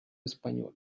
español